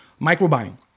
microbiome